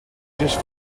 just